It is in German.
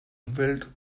umwelt